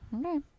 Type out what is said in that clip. okay